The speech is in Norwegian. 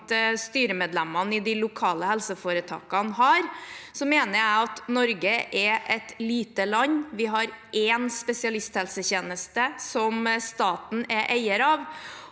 styremedlemmene i de lokale helseforetakene har, mener jeg at Norge er et lite land. Vi har én spesialisthelsetjeneste som staten er eier av,